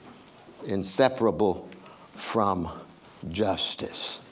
inseparable from justice.